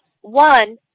One